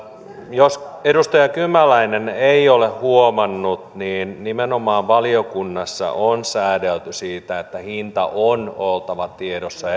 jos edustaja kymäläinen ei ole huomannut niin nimenomaan valiokunnassa on säädelty siitä että hinta on oltava tiedossa